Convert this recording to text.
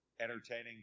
Entertaining